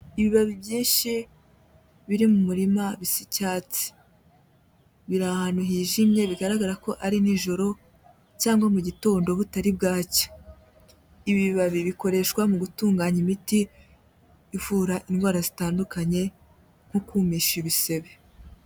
Ibibabi byinshi biri mu murima bisa icyatsi. Biri ahantu hijimye bigaragara ko ari nijoro cyangwa mu mugitondo butari bwacya. Ibi bibabi bikoreshwa mu gutunganya imiti ivura indwara zitandukanye nko kumisha ibisebe.